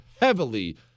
heavily